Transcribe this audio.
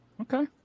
okay